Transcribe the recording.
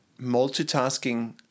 multitasking